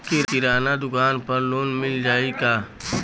किराना दुकान पर लोन मिल जाई का?